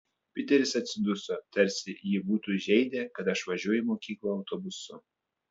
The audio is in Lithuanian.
piteris atsiduso tarsi jį būtų žeidę kad aš važiuoju į mokyklą autobusu